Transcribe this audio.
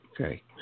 Okay